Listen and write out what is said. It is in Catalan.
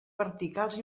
verticals